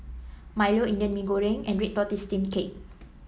Milo Indian Mee Goreng and Red Tortoise Steamed Cake